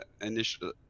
initially